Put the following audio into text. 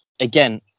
again